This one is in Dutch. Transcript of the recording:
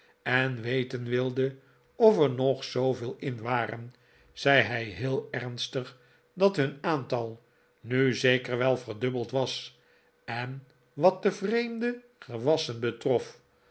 en weten wilden of er nog zooveel in waren zei hij heel ernstig dat nun aantal nu zeker wel verdubbeld was en wat de vreemde gewassen betrof